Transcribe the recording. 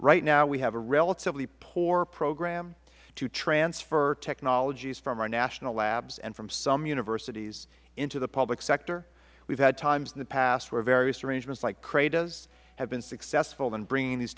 right now we have a relatively poor program to transfer technologies from our national labs and from some universities into the public sector we have had times in the past where various arrangements like credas have been successful in bringing these